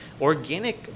organic